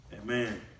Amen